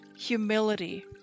humility